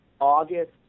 August